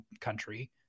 country